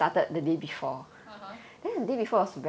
(uh huh)